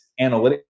analytics